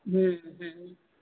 હમ હમ